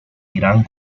irán